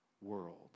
world